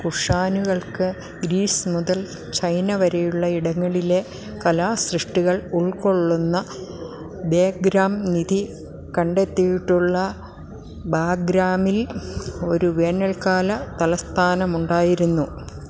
കുഷാനുകൾക്ക് Greece മുതൽ China വരെയുള്ളയിടങ്ങളിലെ കലാസൃഷ്ടികൾ ഉൾക്കൊള്ളുന്ന ബേഗ്രാം നിധി കണ്ടെത്തിയിട്ടുള്ള ബാഗ്രാമിൽ ഒരു വേനൽക്കാല തലസ്ഥാനമുണ്ടായിരുന്നു